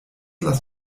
lass